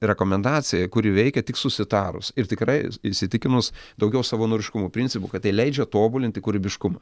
rekomendacija kuri veikia tik susitarus ir tikrai įsitikinus daugiau savanoriškumo principu kad tai leidžia tobulinti kūrybiškumą